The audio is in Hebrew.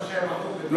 14, נגד, אין,